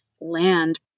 land